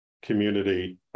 Community